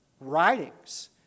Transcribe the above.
writings